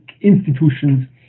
institutions